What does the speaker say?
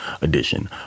edition